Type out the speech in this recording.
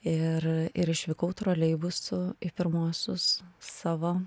ir ir išvykau troleibusu į pirmuosius savo